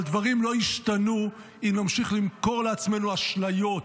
אבל דברים לא ישתנו אם נמשיך למכור לעצמנו אשליות,